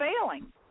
failing